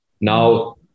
Now